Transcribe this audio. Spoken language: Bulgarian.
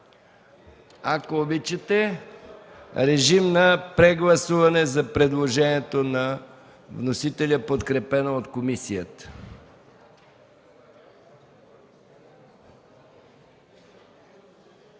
Ако обичате, режим на прегласуване за предложението на вносителя, подкрепено от комисията.